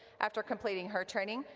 after completing her training,